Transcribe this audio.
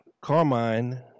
Carmine